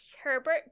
Herbert